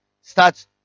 Start